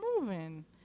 moving